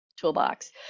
toolbox